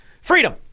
freedom